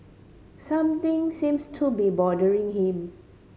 something seems to be bothering him